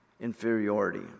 inferiority